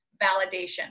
validation